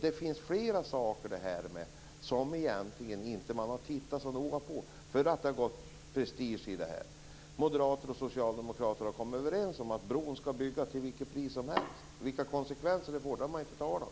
Det finns flera saker som man egentligen inte har tittat så noga på därför att det har gått prestige i det hela. Moderater och socialdemokrater har kommit överens om att bron skall byggas till vilket pris som helst. Vilka konsekvenserna blir har man inte talat om.